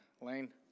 Lane